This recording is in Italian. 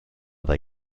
dai